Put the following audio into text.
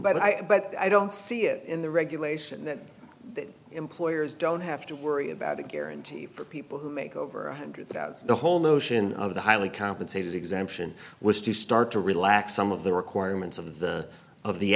but i but i don't see it in the regulation that employers don't have to worry about a guarantee for people who make over one hundred thousand the whole notion of the highly compensated exemption was to start to relax some of the requirements of the of the